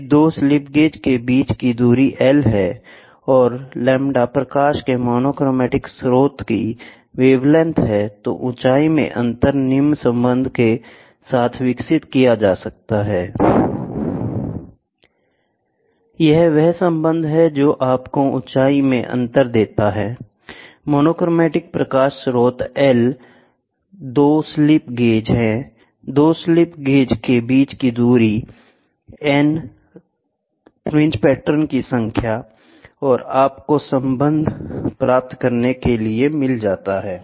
यदि 2 slip gauge के बीच की दूरी L है और λ प्रकाश के मोनोक्रोमैटिक स्रोत की वेवलेंथ है तो ऊंचाई में अंतर निम्न संबंधों के साथ विकसित किया जा सकता है यह वह संबंध है जो आपको ऊंचाई में अंतर देता है मोनोक्रोमैटिक प्रकाश स्रोत L 2 स्लिप गेज है 2 स्लिप गेज के बीच की दूरी N फ्रिंज पैटर्न की संख्या है और आपको संबंध प्राप्त करने के लिए मिलता है